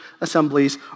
assemblies